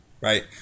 right